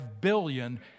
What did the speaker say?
billion